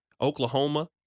Oklahoma